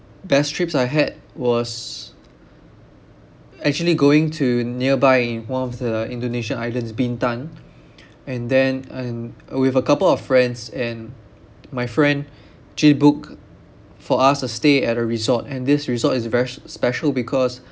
best trips I had was actually going to nearby in one of the indonesian islands bintan and then and uh with a couple of friends and my friend actually booked for us a stay at a resort and this resort is very special because